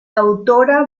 autora